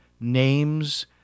names